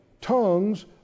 tongues